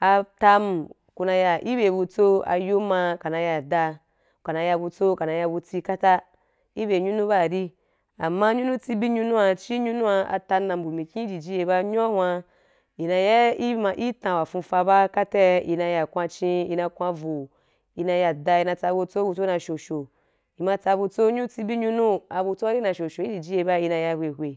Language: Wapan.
atam ku na ya i bye butso ayom ma kana ya da u kana ya butso u kana ya buti kata i bye nyunu ba ri ama nyunu tsibi nyunua chi nyunu atam na mpuu mikin i jiji ye ba nyunu hun i na ya i tan mana’a i tan wa fuufa ba kata i ya na kwan’a chin i na kwan voo i na ya da i na tsa butso, butso na i shoshow i ma tsa butso nyunu tsibi nyunu abutso na i shosho i jiji ye ba i.